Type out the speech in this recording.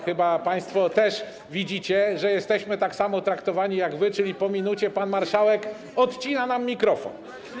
Chyba państwo widzicie, że jesteśmy tak samo traktowani jak wszyscy, czyli po minucie pan marszałek odcina nam mikrofon.